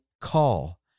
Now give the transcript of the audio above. call